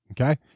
Okay